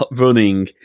running